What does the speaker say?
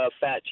Fat